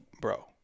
bro